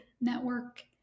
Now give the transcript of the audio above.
Network